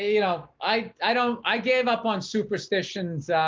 you know, i i don't, i gave up on superstitions.